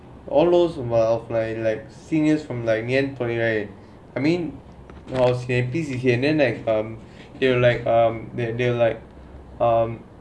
all those ah like like seniors from like ngee ann polytechnic right I mean now see is here they will like um they will like um